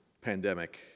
pandemic